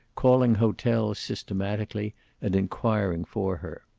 calling hotels systematically and inquiring for her.